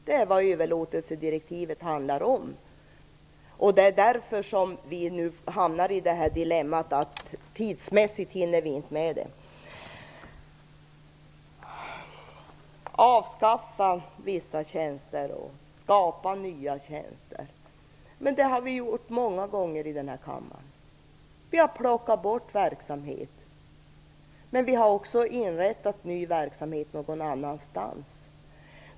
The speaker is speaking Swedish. Det är vad överlåtelsedirektivet handlar om. Därför hamnar vi nu i dilemmat att vi tidsmässigt inte hinner med. Det talas om att avskaffa vissa tjänster och skapa nya tjänster. Men det har vi gjort många gånger i den här kammaren. Vi har plockat bort verksamhet men vi har också inrättat ny verksamhet någon annanstans.